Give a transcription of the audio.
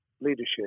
leadership